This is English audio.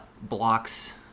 blocks